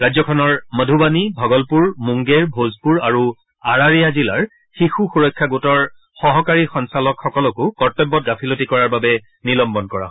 ৰাজ্যখনৰ মধুবানি ভগলপুৰ মুংগেৰ ভোজপুৰ আৰু আৰাৰিয়া জিলাৰ শিশু সুৰক্ষা গোটৰ সহকাৰী সঞ্চালকসকলকো কৰ্তব্যত গাফিলতি কৰাৰ বাবে নিলম্বন কৰা হয়